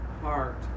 heart